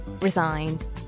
resigned